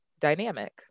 dynamic